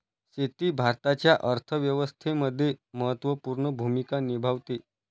शेती भारताच्या अर्थव्यवस्थेमध्ये महत्त्वपूर्ण भूमिका निभावते